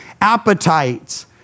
appetites